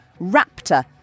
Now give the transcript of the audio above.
Raptor